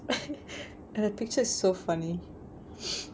the picture is so funny